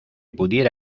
pudiera